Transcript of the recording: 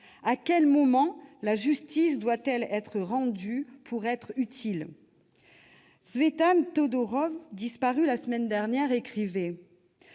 à quel moment la justice doit-elle être rendue pour être utile ? Tzvetan Todorov, disparu la semaine dernière, écrivait